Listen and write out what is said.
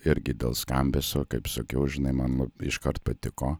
irgi dėl skambesio kaip sakiau žinai man iškart patiko